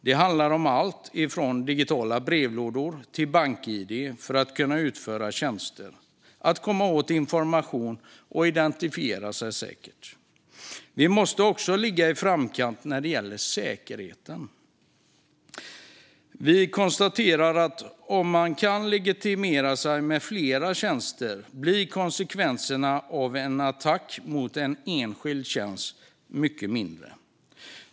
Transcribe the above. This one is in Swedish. Det handlar om att ha alltifrån digitala brevlådor till bank-id för att kunna utföra tjänster, komma åt information och identifiera sig på ett säkert sätt. Sverige måste också ligga i framkant när det gäller säkerheten. Vi konstaterar att om man kan legitimera sig med hjälp av flera tjänster blir konsekvensen av en attack mot en enskild tjänst mindre.